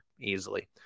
easily